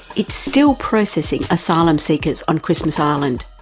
it's still processing asylum seekers on christmas island.